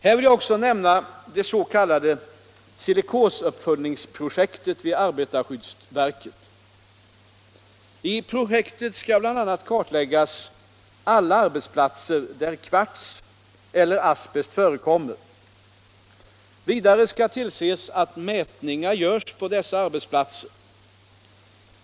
Här vill jag också nämna det s.k. silikonuppföljningsprojektet vid arbetarskyddsverket. I projektet skall bl.a. kartläggas alla arbetsplatser där kvarts eller asbest förekommer. Vidare skall tillses att mätningar görs på dessa arbetsplatser.